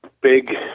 big